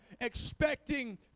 expecting